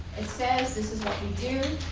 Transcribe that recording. it says this is what we do.